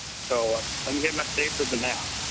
so um yeah much safer than that.